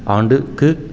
ஆண்டுக்கு